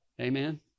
Amen